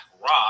Rock